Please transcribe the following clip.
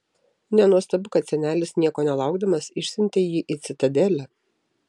nenuostabu kad senelis nieko nelaukdamas išsiuntė jį į citadelę